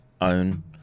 own